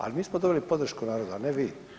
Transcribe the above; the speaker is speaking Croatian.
Ali mi smo dobili podršku naroda, a ne vi.